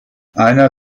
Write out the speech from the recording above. eine